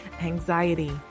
anxiety